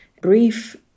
brief